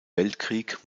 weltkrieg